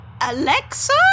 Alexa